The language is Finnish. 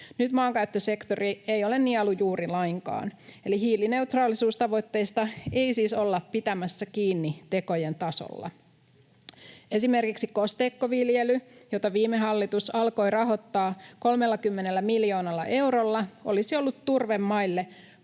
Nyt maankäyttösektori ei ole nielu juuri lainkaan. Eli hiilineutraalisuustavoitteista ei siis olla pitämässä kiinni tekojen tasolla. Esimerkiksi kosteikkoviljely, jota viime hallitus alkoi rahoittaa 30 miljoonalla eurolla, olisi ollut turvemaille